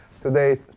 today